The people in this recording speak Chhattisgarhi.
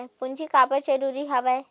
पूंजी काबर जरूरी हवय?